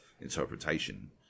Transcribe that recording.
interpretation